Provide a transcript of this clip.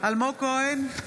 אלמוג כהן,